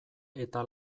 eta